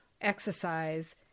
exercise